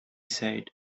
said